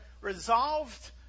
resolved